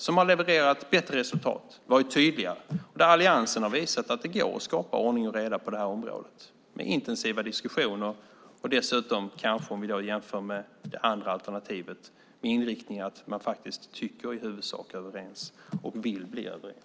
Den har levererat bättre resultat och varit tydligare. Alliansen har visat att det går att skapa ordning och reda på området med intensiva diskussioner och dessutom kanske, om vi jämför med det andra alternativet, med inriktningen att man tycker på samma sätt och vill bli överens.